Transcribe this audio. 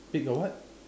pick a what